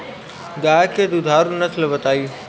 गाय के दुधारू नसल बताई?